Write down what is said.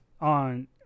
on